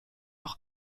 auch